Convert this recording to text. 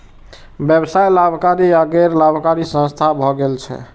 व्यवसाय लाभकारी आ गैर लाभकारी संस्था भए सकै छै